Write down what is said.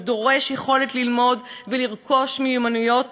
זה דורש יכולת ללמוד ולרכוש מיומנויות